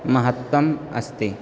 महत्त्वम् अस्ति